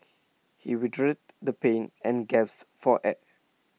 he writhed the pain and gasped for air